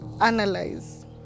analyze